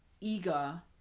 eager